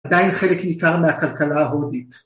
‫עדיין חלק ניכר מהכלכלה ההודית.